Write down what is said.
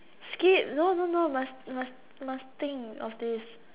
skip no no no must must must think of this